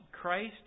Christ